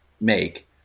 make